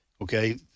okay